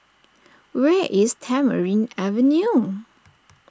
where is Tamarind Avenue